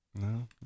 No